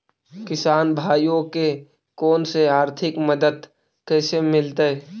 किसान भाइयोके कोन से आर्थिक मदत कैसे मीलतय?